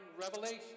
revelation